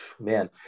Man